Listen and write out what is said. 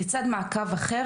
לצד מעקב אחר,